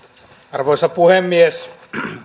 arvoisa puhemies